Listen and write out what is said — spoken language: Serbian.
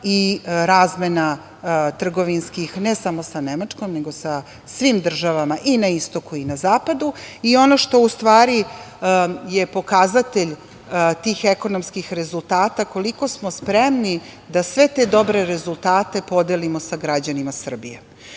i razmena trgovinskih, ne samo sa Nemačkom nego sa svim državama i na istoku i na zapadu. Ono što je u stvari pokazatelj tih ekonomskih rezultata, koliko smo spremni da sve te dobre rezultate podelimo sa građanima Srbije.